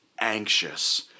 anxious